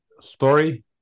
story